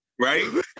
Right